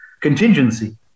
contingency